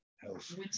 health